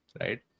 right